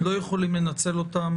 לא יכולים לנצל אותם,